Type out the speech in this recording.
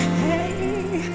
hey